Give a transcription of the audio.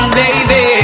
baby